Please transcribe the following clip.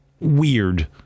Weird